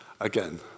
again